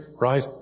Right